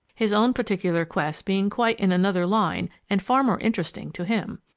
his own particular quests being quite in another line and far more interesting to him!